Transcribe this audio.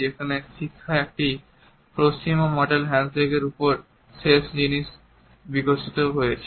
যেখানে শিক্ষা একটি পশ্চিমা মডেল হ্যান্ডশেকের উপর শেষ হয়েছে